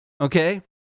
okay